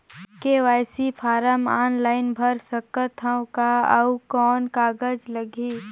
KYC form online भर सकत हवं का? अउ कौन कागज लगही?